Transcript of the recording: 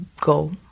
go